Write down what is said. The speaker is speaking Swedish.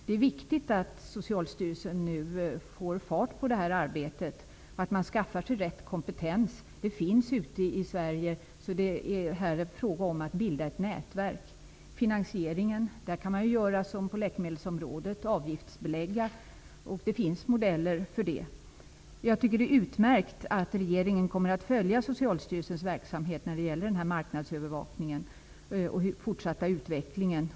Det är viktigt att Socialstyrelsen får fart på det här arbetet och att man skaffar sig rätt kompetens. Den finns ute i Sverige. Det är en fråga om att bilda ett nätverk här. När det gäller finansieringen kan man göra som på läkemedelsområdet och avgiftsbelägga. Det finns modeller för det. Det är utmärkt att regeringen kommer att följa Socialstyrelsens verksamhet när det gäller marknadsövervakningen och den fortsatta utvecklingen.